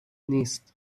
نیست